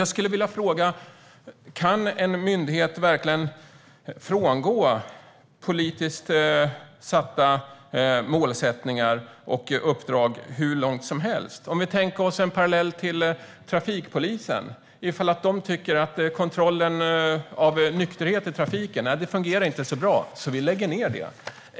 Jag skulle också vilja fråga: Kan en myndighet verkligen frångå politiska målsättningar och uppdrag hur långt som helst? Vi kan tänka oss en parallell till trafikpolisen. Om de tycker att kontrollen av nykterhet i trafiken inte fungerar särskilt bra ska de då lägga ned den?